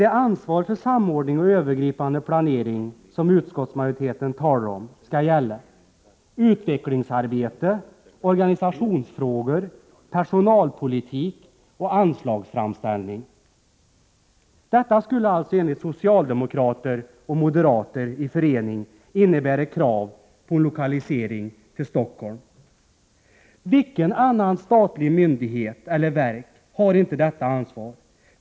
Det ansvar för samordning och övergripande planering som utskottsmajoriteten talar om skall gälla utvecklingsarbete, organisationsfrågor, personalpolitik och anslagsframställning. Detta skulle alltså, enligt socialdemokrater och moderater i förening, innebära krav på en lokalisering till Stockholm. Vilken annan statlig myndighet, eller verk, har inte detta ansvar?